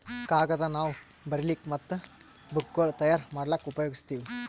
ಕಾಗದ್ ನಾವ್ ಬರಿಲಿಕ್ ಮತ್ತ್ ಬುಕ್ಗೋಳ್ ತಯಾರ್ ಮಾಡ್ಲಾಕ್ಕ್ ಉಪಯೋಗಸ್ತೀವ್